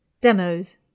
demos